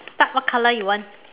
start what color you want